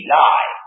lie